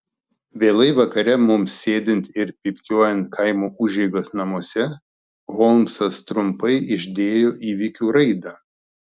vėlai vakare mums sėdint ir pypkiuojant kaimo užeigos namuose holmsas trumpai išdėjo įvykių raidą